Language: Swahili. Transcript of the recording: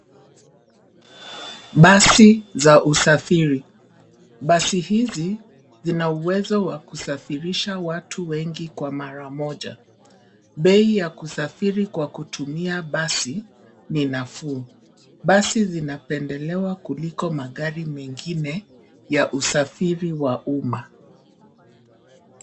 Basi za usafiri. Basi hizi zina uwezo wa kusafirisha watu wengi kwa mara moja. Bei ya kusafiri kwa kutumia basi ni nafuu. Basi zinapendelewa kuliko magari mengine ya usafiri wa umma.